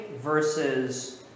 versus